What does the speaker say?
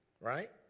Right